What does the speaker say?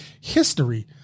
history